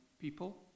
people